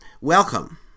welcome